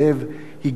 הגיעו גם אלינו.